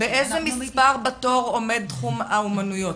-- באיזה מספר בתור עומד תחום האומנויות,